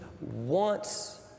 wants